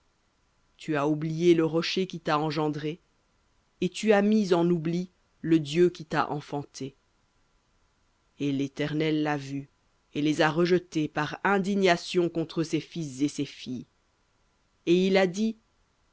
tu as oublié le rocher qui t'a engendré et tu as mis en oubli le dieu qui t'a enfanté et l'éternel l'a vu et les a rejetés par indignation contre ses fils et ses filles et il a dit